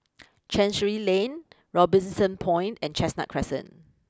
Chancery Lane Robinson Point and Chestnut Crescent